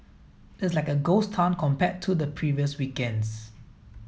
it is like a ghost town compared to the previous weekends